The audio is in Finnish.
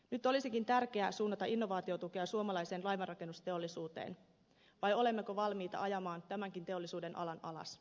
nyt olisikin tärkeää suunnata innovaatiotukea suomalaiseen laivanrakennusteollisuuteen vai olemmeko valmiita ajamaan tämänkin teollisuudenalan alas